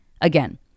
again